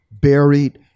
buried